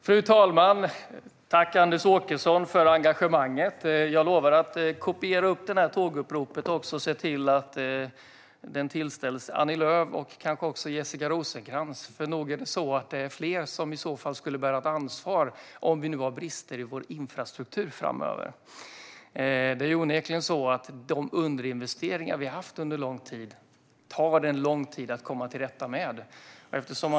Fru talman! Jag tackar Anders Åkesson för engagemanget. Jag lovar att kopiera upp det här tåguppropet och se till att det tillställs Annie Lööf och kanske också Jessica Rosencrantz, för nog är det så att det är fler som bär ansvar om vi framöver har brister i vår infrastruktur. Det är onekligen så att det tar lång tid att komma till rätta med de underinvesteringar vi under lång tid har haft.